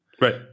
Right